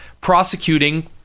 prosecuting